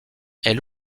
elle